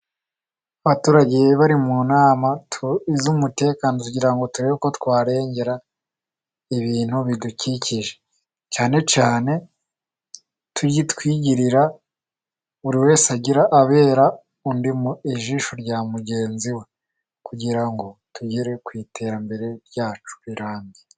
Abaturage bari mu nama z'umutekano kugira ngo turebe ko twarengera ibintu bidukikije，cyane cyane twigirira，buri wese abera undi ijisho rya mugenzi we，kugira ngo tugere ku iterambere ryacu rirambye.